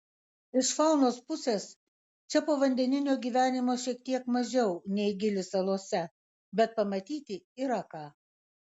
iš faunos pusės čia povandeninio gyvenimo šiek tiek mažiau nei gili salose bet pamatyti yra ką